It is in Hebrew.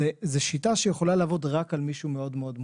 זו שיטה שיכולה לעבוד רק על מישהו מאוד מאוד מוחלש.